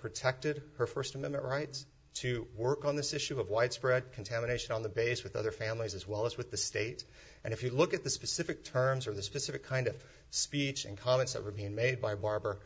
protected her first amendment rights to work on this issue of widespread contamination on the base with other families as well as with the state and if you look at the specific terms or the specific kind of speech in comments that were being made by barbour